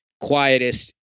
quietest